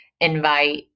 invite